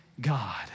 God